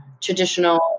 traditional